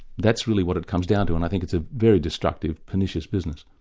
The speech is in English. that's really what it comes down to and i think it's a very destructive, pernicious business.